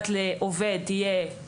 אנחנו נצטרך לגזור את העלויות הכספיות